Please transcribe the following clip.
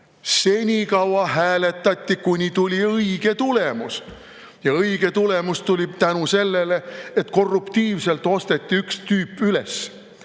Senikaua hääletati, kuni tuli õige tulemus. Ja õige tulemus tuli tänu sellele, et korruptiivselt osteti üks tüüp üles.